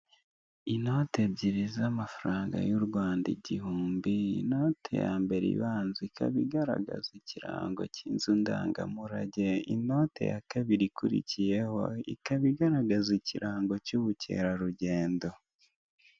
Inote ebyiri z'amafaranga y'Urwanda igihumbi, inote ya mbere ibanza ikaba igaragaza ikirango cy'inzu ndangamurage, inote ya kabiri ikurikiyeho ikaba igaragaza ikirango cy'ubukerarugendo.